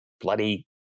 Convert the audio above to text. bloody